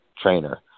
trainer